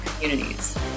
communities